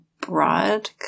broad